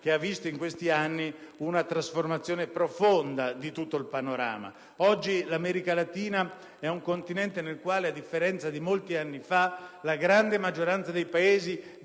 che in questi anni ha visto una trasformazione profonda di tutto il panorama: oggi, si tratta di un continente nel quale, a differenza di molti anni fa, la grande maggioranza dei Paesi